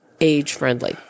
age-friendly